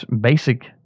basic